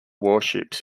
warships